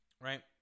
right